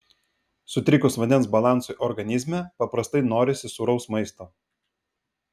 sutrikus vandens balansui organizme paprastai norisi sūraus maisto